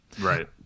Right